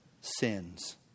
sins